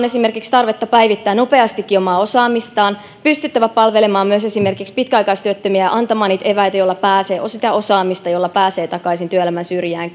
esimerkiksi tarvetta päivittää nopeastikin omaa osaamistaan pystyä palvelemaan myös esimerkiksi pitkäaikaistyöttömiä antamaan niitä eväitä sitä osaamista jolla pääsee takaisin työelämän syrjään